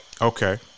Okay